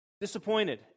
disappointed